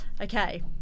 Okay